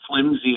flimsy